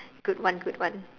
good one good one